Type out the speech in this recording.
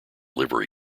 livery